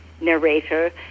narrator